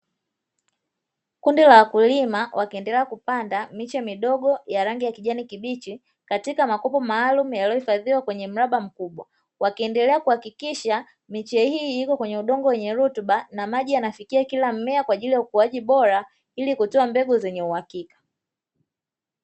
Kundi la wakulima wakiendelea kupanda miche midogo ya rangi ya kijani kibichi katika makopo maalumu yaliyohifadhiwa kwenye mraba mkubwa. Wakiendelea kuhakikisha miche hii ipo kwenye udongo wenye rutuba na maji yanafikia kila mmea kwa ajili ya ukuaji bora ili kutoa mbegu zenye uhakika.